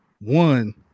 one